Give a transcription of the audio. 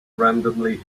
randomly